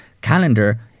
calendar